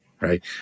Right